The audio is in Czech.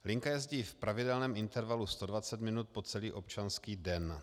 Linka jezdí v pravidelném intervalu 120 minut po celý občanský den.